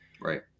Right